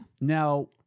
Now